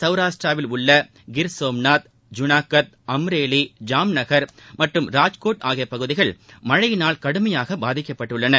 சௌராஷ்டிராவில் உள்ள கிர்சோமநாத் ஜனகத் அம்ரேலி ஜாம்நகர் மற்றும் ராஜ்கோட் ஆகிய பகுதிகள் மழையினால் கடுமையாக பாதிக்கப்பட்டுள்ளன